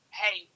hey